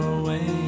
away